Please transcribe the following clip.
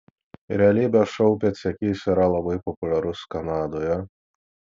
realybės šou pėdsekys yra labai populiarus kanadoje